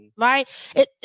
right